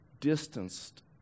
distanced